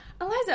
Eliza